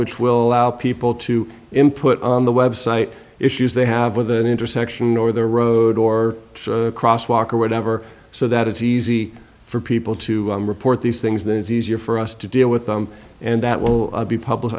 which will allow people to input on the website issues they have with the intersection or the road or crosswalk or whatever so that it's easy for people to report these things that is easier for us to deal with them and that will be published